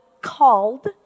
Called